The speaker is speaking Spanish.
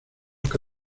que